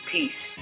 Peace